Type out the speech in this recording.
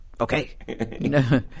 okay